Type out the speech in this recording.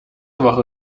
woche